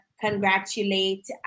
congratulate